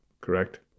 correct